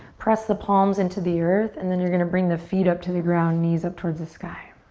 press the palms into the earth, and then you're gonna bring the feet up to the ground, knees up towards the sky.